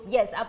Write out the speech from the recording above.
Yes